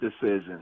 decision